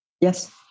Yes